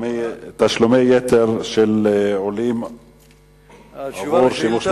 תשלומי יתר של עולים עבור שימוש במים.